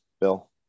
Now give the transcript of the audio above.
Bill